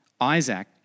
Isaac